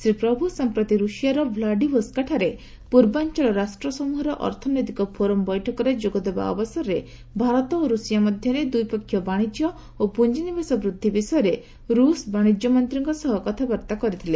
ଶ୍ରୀ ପ୍ରଭୁ ସମ୍ପ୍ରତି ରୁଷିଆର ଭ୍ଲାଡିଭୋସ୍କୋ ଠାରେ ପୂର୍ବାଞ୍ଚଳ ରାଷ୍ଟ୍ରସମୂହର ଅର୍ଥନୈତିକ ଫୋରମ ବୈଠକରେ ଯୋଗଦେବା ଅବସରରେ ଭାରତ ଓ ରୁଷିଆ ମଧ୍ୟରେ ଦ୍ୱିପକ୍ଷିୟ ଓ ପୁଞ୍ଜିନିବେଶ ବୃଦ୍ଧି ବିଷୟରେ ରୁଷ ବାଣିଜ୍ୟ ମନ୍ତ୍ରୀଙ୍କ ସହ କଥାବାର୍ତ୍ତା କରିଥିଲେ